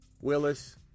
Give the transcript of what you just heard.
Willis